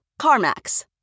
CarMax